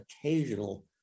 occasional